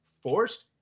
forced